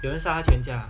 有人杀他全家